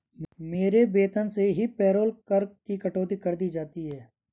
मेरे वेतन से ही पेरोल कर की कटौती कर दी जाती है